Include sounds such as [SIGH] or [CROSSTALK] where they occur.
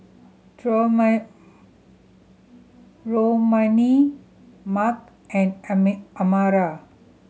[UNINTELLIGIBLE] Mack and [UNINTELLIGIBLE] Amara